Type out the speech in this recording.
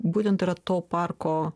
būtent yra to parko